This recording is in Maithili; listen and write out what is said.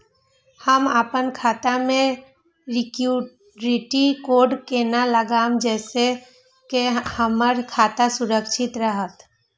हम अपन खाता में सिक्युरिटी कोड केना लगाव जैसे के हमर खाता सुरक्षित रहैत?